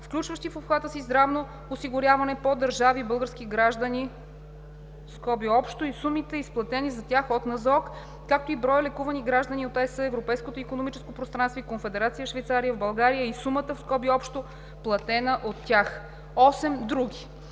включващи в обхвата си здравно осигуряване по държави български граждани (общо) и сумите, изплатени за тях от НЗОК, както и броя лекувани граждани от ЕС, Европейското икономическо пространство и Конфедерация Швейцария, в България и сумата (общо), платена от тях. 8. други.